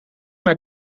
mijn